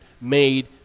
made